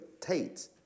Tate